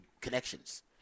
connections